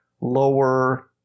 lower